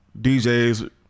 DJs